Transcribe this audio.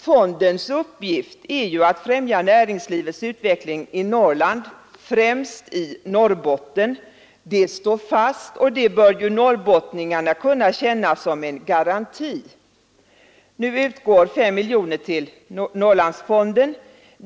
Fondens uppgift är ju att främja näringslivets utveckling i Norrland, främst i Norrbotten. Det står fast, och det bör ju norrbottningarna kunna känna som en garanti. Nu utgår 5 miljoner kronor till Norrlandsfonden.